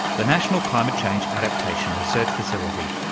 the national climate change adaptation research facility.